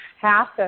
half